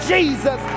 Jesus